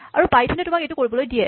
আৰু পাইথনে তোমাক এইটো কৰিবলৈ দিয়ে